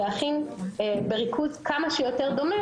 להכין בריכוז כמה שיותר דומה,